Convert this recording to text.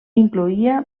incloïa